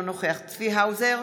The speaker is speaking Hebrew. אינו נוכח צבי האוזר,